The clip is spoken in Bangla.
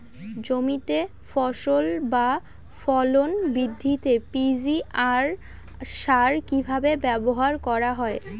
জমিতে ফসল বা ফলন বৃদ্ধিতে পি.জি.আর সার কীভাবে ব্যবহার করা হয়?